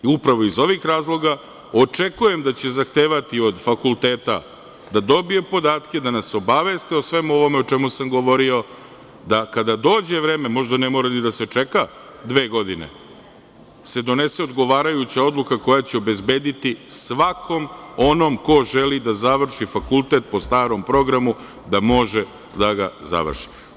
Upravo iz ovih razloga očekujem da će zahtevati od fakulteta da dobije podatke, da nas obaveste o svemu ovome o čemu sam govorio, da kada dođe vreme, možda ne mora ni da se čeka dve godine, se donese odgovarajuća odluka koja će obezbediti svakom onom ko želi da završi fakultet po starom programu da može da ga završi.